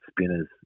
spinners